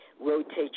Rotate